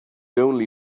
only